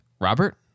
Robert